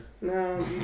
No